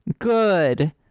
good